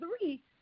three